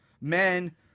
men